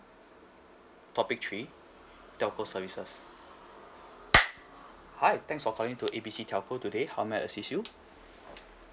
topic three telco services hi thanks for calling to A B C telco today how may I assist you